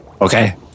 okay